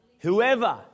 Whoever